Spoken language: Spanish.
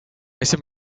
ese